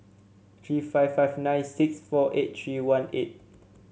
three five five nine six four eight three one eight